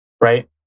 right